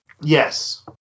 Yes